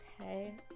Okay